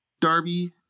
Darby